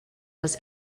was